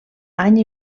any